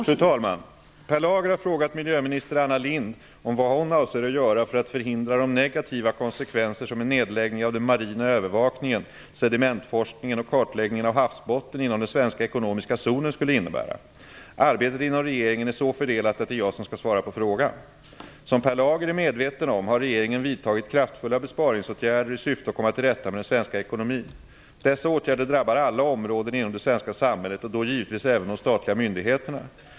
Fru talman! Per Lager har frågat miljöminister Anna Lindh vad hon avser att göra för att förhindra de negativa konsekvenser som en nedläggning av den marina övervakningen, sedimentforskningen och kartläggningen av havsbotten inom den svenska ekonomiska zonen skulle innebära. Arbetet inom regeringen är så fördelat att det är jag som skall svara på frågan. Som Per Lager är medveten om har regeringen vidtagit kraftfulla besparingsåtgärder i syfte att komma till rätta med den svenska ekonomin. Dessa åtgärder drabbar alla områden inom det svenska samhället och då givetvis även de statliga myndigheterna.